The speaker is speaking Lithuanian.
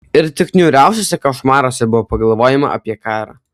ir tik niūriausiuose košmaruose buvo pagalvojama apie karą